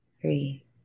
three